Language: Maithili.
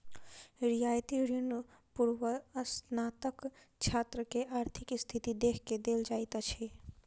रियायती ऋण पूर्वस्नातक छात्र के आर्थिक स्थिति देख के देल जाइत अछि